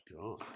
God